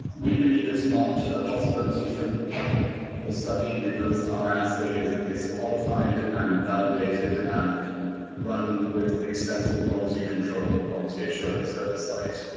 we believe it's not a possibility for study because our essays is qualified and validated and run with extensive quality control and quality assurance outside.